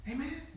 Amen